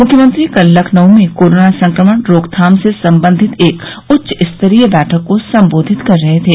मुख्यमंत्री कल लखनऊ में कोरोना संक्रमण रोकथाम से संबंधित एक उच्चस्तरीय बैठक को संबोधित कर रहे थे